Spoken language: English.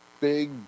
big